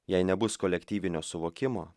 jei nebus kolektyvinio suvokimo